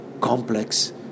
complex